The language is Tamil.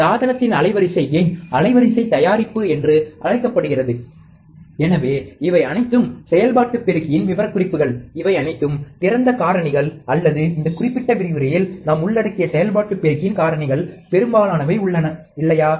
சாதனத்தின் அலைவரிசை கெயின் அலைவரிசை தயாரிப்பு என்று அழைக்கப்படுகிறது எனவே இவை அனைத்தும் செயல்பாட்டுப் பெருக்கியின் விவரக்குறிப்புகள் இவை அனைத்தும் திறந்த காரணிகள் அல்லது இந்த குறிப்பிட்ட விரிவுரையில் நாம் உள்ளடக்கிய செயல்பாட்டுப் பெருக்கியின் காரணிகள் பெரும்பாலானவை உள்ளன இல்லையா